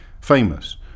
famous